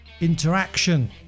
Interaction